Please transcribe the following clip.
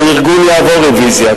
הארגון יעבור רוויזיה,